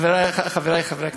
חברי חברי הכנסת,